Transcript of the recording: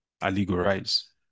allegorize